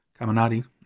Caminati